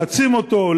להעצים אותו,